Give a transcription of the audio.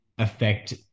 affect